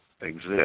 exist